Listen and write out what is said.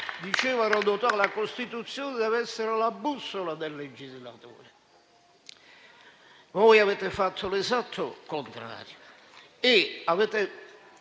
Diceva Rodotà che la Costituzione dev'essere la bussola del legislatore. Voi avete fatto l'esatto